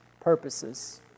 purposes